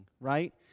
right